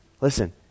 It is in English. Listen